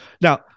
Now